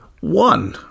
one